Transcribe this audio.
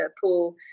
Paul